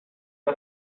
wie